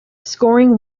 scoring